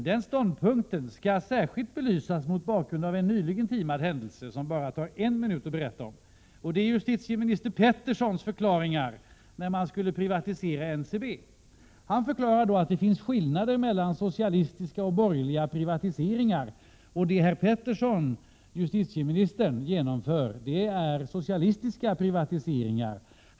Den ståndpunkten bör särskilt belysas mot bakgrund av en nyligen timad händelse som bara tar en minut att berätta. Det är nuvarande justitieminister Petersons förklaringar när NCB skulle privatiseras. Han förklarade då att det finns skillnader mellan socialistiska och borgerliga privatiseringar, och vad herr Peterson, justitieministern, genomför är socialistiska privatiseringar.